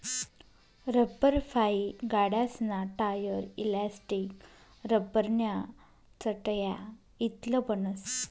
लब्बरफाइ गाड्यासना tyre, elastic, लब्बरन्या चटया इतलं बनस